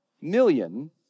million